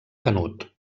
canut